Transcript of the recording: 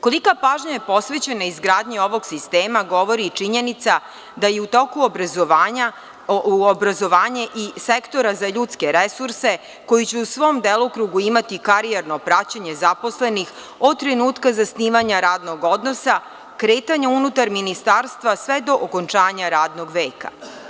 Kolika pažnja je posvećena izgradnji ovog sistema govori i činjenica da je i u toku obrazovanja, obrazovanje i sektora za ljudske resurse koji će u svom delokrugu imati karijerno praćenje zaposlenih od trenutka zasnivanja radnog odnosa, kretanja unutar Ministarstva, sve do okončanja radnog veka.